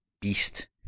Beast